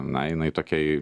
na jinai tokia